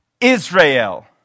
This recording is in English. Israel